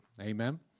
Amen